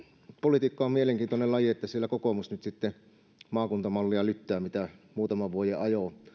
politiikka on mielenkiintoinen laji kun kokoomus nyt sitten lyttää maakuntamallia jota se muutaman vuoden kuitenkin ajoi